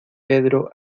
pedro